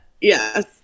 Yes